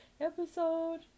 episode